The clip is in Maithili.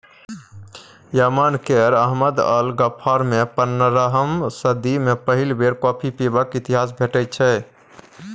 यमन केर अहमद अल गफ्फारमे पनरहम सदी मे पहिल बेर कॉफी पीबाक इतिहास भेटै छै